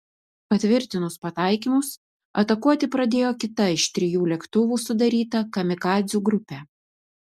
patvirtinus pataikymus atakuoti pradėjo kita iš trijų lėktuvų sudaryta kamikadzių grupė